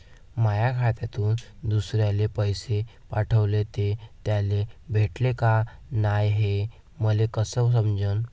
माया खात्यातून दुसऱ्याले पैसे पाठवले, ते त्याले भेटले का नाय हे मले कस समजन?